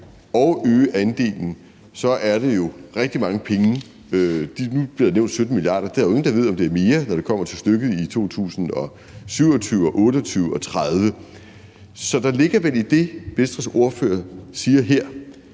og øge andelen, er det jo rigtig mange penge. Nu bliver der nævnt 17 mia. kr., men der er jo ingen, der ved, om det er mere, når det kommer til stykket i 2027 og 2028 og 2030. Så der ligger vel i det, Venstres ordfører siger her,